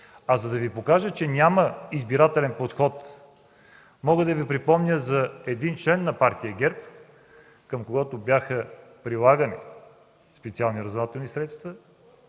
За да Ви покажа, че няма избирателен подход, мога да припомня един член на Партия ГЕРБ, към когото бяха прилагани специални разузнавателни средства